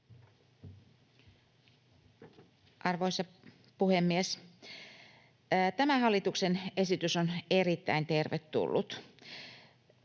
Arvoisa puhemies! Tämä hallituksen esitys on erittäin tervetullut.